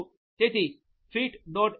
તેથી ફીટ